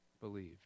believed